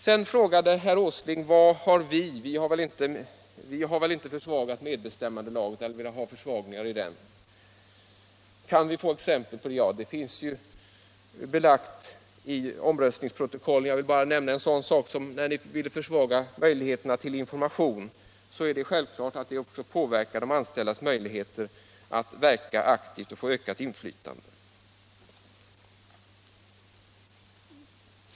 Sedan sade herr Åsling: ”Vi har väl inte velat ha försvagningar i medbestämmandelagen.” Och han bad att få exempel på det. Ja, det finns ju belagt i omröstningsprotokollet. Jag kan nämna en sådan sak som att den försvagning av möjligheterna till information som ni ville ha givetvis är något som påverkar de anställdas möjligheter att verka aktivt och få ett ökat inflytande.